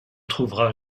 trouvera